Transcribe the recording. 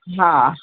हा